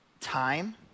time